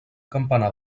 campanar